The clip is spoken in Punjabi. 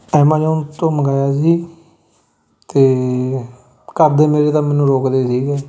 ਐਮਾਜ਼ੋਨ ਤੋਂ ਮੰਗਵਾਇਆ ਸੀ ਅਤੇ ਘਰ ਦੇ ਮੇਰੇ ਤਾਂ ਮੈਨੂੰ ਰੋਕਦੇ ਸੀਗੇ